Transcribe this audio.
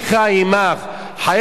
אפילו כשמדובר בין שני יהודים.